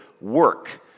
work